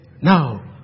now